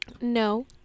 No